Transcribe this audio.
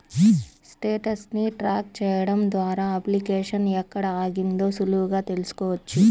status ని track చెయ్యడం ద్వారా అప్లికేషన్ ఎక్కడ ఆగిందో సులువుగా తెల్సుకోవచ్చు